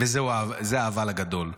וזה ה"אבל" הגדול,